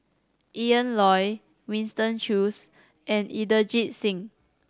Ian Loy Winston Choos and Inderjit Singh